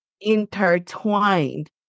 intertwined